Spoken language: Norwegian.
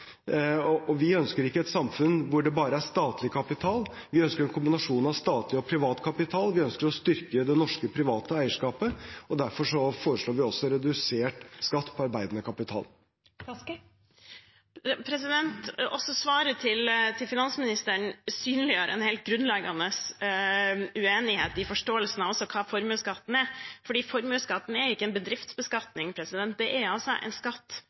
Og vi ønsker ikke et samfunn hvor det bare er statlig kapital, vi ønsker en kombinasjon av statlig og privat kapital, vi ønsker å styrke det norske private eierskapet. Derfor foreslår vi også redusert skatt på arbeidende kapital. Også svaret til finansministeren synliggjør en helt grunnleggende uenighet i forståelsen av hva formuesskatten er, for formuesskatten er ikke en bedriftsbeskatning, det er en personbeskatning, en skatt